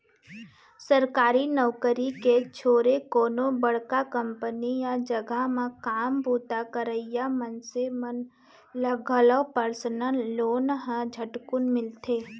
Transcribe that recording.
सरकारी नउकरी के छोरे कोनो बड़का कंपनी या जघा म काम बूता करइया मनसे मन ल घलौ परसनल लोन ह झटकुन मिलथे